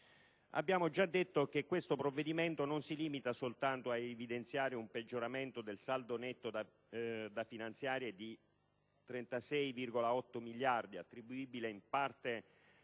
Abbiamo già detto che questo provvedimento non si limita soltanto a evidenziare un peggioramento del saldo netto da finanziare di 36,8 miliardi, attribuibile in parte